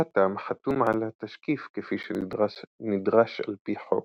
החתם חתום על התשקיף, כפי שנדרש על פי חוק,